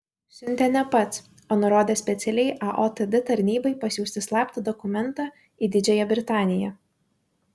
siuntė ne pats o nurodė specialiai aotd tarnybai pasiųsti slaptą dokumentą į didžiąją britaniją